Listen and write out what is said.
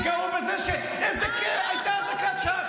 אז אל תתגאו בזה שהייתה אזעקת שווא.